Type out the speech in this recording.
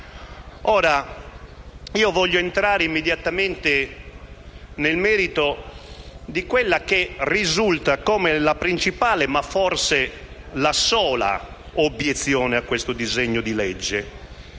naufragio. Voglio entrare immediatamente nel merito di quella che risulta come la principale, ma forse la sola obiezione a questo disegno di legge: